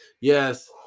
Yes